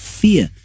fear